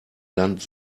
land